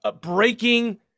breaking